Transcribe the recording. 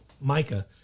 Micah